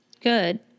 Good